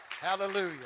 Hallelujah